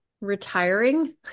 retiring